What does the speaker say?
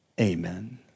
Amen